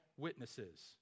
Witnesses